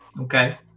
Okay